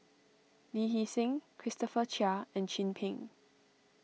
Lee Hee Seng Christopher Chia and Chin Peng